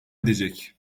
edecek